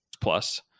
plus